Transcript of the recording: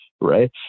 right